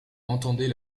entendez